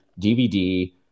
DVD